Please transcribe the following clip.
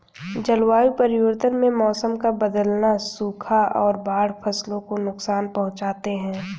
जलवायु परिवर्तन में मौसम का बदलना, सूखा और बाढ़ फसलों को नुकसान पहुँचाते है